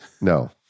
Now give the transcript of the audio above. No